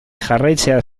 jarraitzea